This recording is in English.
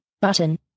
button